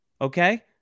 okay